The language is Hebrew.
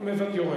לא,